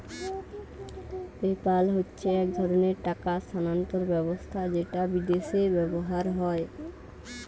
PayPal হচ্ছে এক ধরণের টাকা স্থানান্তর ব্যবস্থা যেটা বিদেশে ব্যবহার হয়